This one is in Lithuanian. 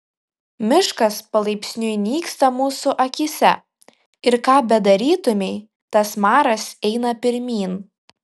miškas palaipsniui nyksta mūsų akyse ir ką bedarytumei tas maras eina pirmyn